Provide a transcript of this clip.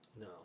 No